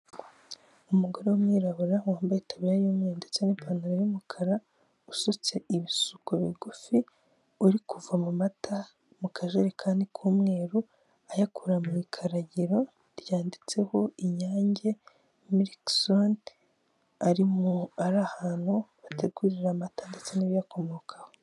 Umugore w'umwirabura wambaye itaburiya y'umweru ndetse n'ipantaro y'umukara usutse ibisuko bigufi, uri kuvoma amata mu kajerekani k'umweru ayakura mu ikaragiro ryanditseho Inyange milkzone ari ahantu bategurira amata ndetse n'ibiyakomokaho.